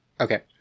Okay